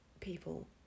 people